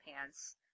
pants